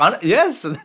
Yes